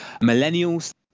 millennials